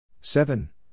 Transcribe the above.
Seven